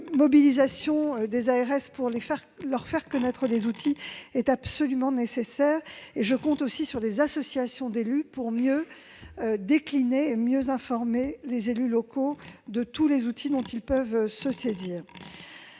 Une mobilisation des ARS pour leur faire connaître les outils est absolument nécessaire. Je compte aussi sur les associations d'élus pour mieux informer les élus locaux de tous les outils dont ils peuvent se saisir.